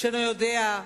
שאינו יודע,